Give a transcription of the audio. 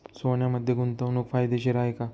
सोन्यामध्ये गुंतवणूक फायदेशीर आहे का?